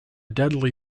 deadly